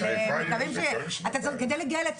אני שואלת כדי להבין,